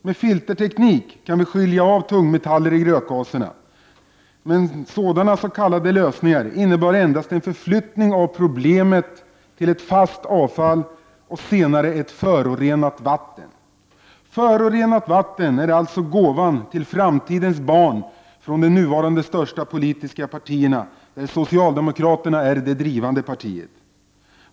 Med filterteknik kan vi skilja av tungmetaller i rökgaserna, men sådana s.k. lösningar innebär endast en förflyttning av problemen till ett fast avfall och senare ett förorenat vatten. Förorenat vatten är alltså gåvan till framtidens barn från de nuvarande största politiska partierna, bland vilka socialdemokraterna är det drivande partiet.